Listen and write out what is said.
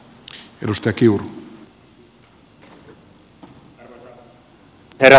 arvoisa herra puhemies